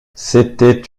c’était